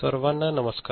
सर्वांना नमस्कार